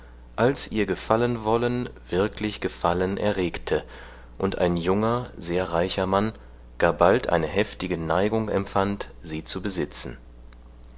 als ihr gefallenwollen wirklich gefallen erregte und ein junger sehr reicher mann gar bald eine heftige neigung empfand sie zu besitzen